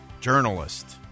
journalist